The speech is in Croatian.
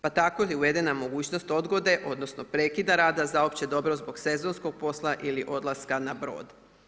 Pa tako je uvedena mogućnost odgode odnosno prekida rada za opće dobro zbog sezonskog posla ili odlaska na brod.